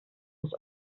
des